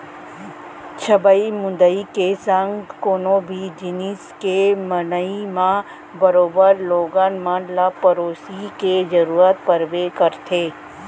छबई मुंदई के संग कोनो भी जिनिस के बनई म बरोबर लोगन मन ल पेरोसी के जरूरत परबे करथे